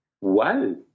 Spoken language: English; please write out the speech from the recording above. Wow